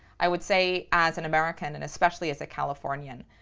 i would say as an american, and especially as a californian,